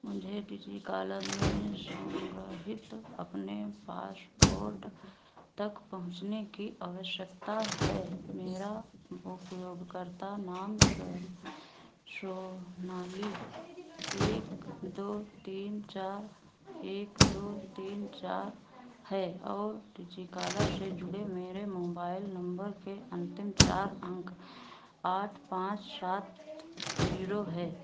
मुझे डिजिकालर में संग्रहित अपने पाशपोर्ट तक पहुँचने की अवश्यकता है मेरा उपयोगकर्ता नाम सोनाली एक दो तीन चार एक दो तीन चार है और डिजिकालर से जुड़े मेरे मोबाइल नंबर के अंतिम चार अंक आठ पाँच सात जीरो हैं